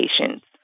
patients